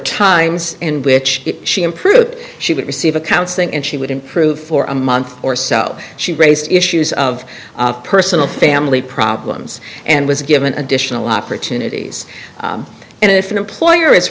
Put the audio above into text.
times in which she improved she would receive a counseling and she would improve for a month or so she raised issues of personal family problems and was given additional opportunities and if an employer i